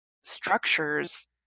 structures